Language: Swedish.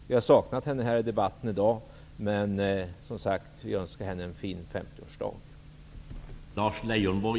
Vi har saknat Anne Wibble här i debatten i dag, som sagt, men vi önskar henne en fin 50-årsdag.